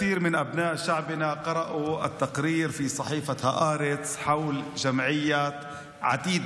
הרבה מבני העם שלנו קראו את הכתבה בעיתון הארץ על עמותת עתידנא.